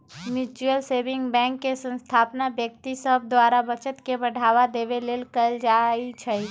mutual saving bank के स्थापना व्यक्ति सभ द्वारा बचत के बढ़ावा देबे लेल कयल जाइ छइ